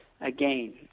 Again